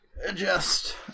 adjust